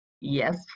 yes